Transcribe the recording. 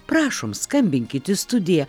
prašom skambinkit į studiją